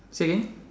say again